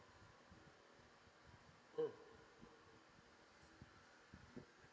mm